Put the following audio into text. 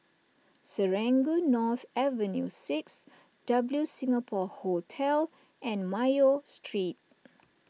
Serangoon North Avenue six W Singapore Hotel and Mayo Street